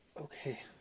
Okay